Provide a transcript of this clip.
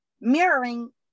mirroring